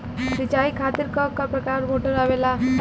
सिचाई खातीर क प्रकार मोटर आवेला?